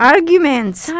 Arguments